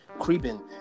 creeping